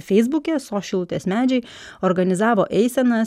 feisbuke sos šilutės medžiai organizavo eisenas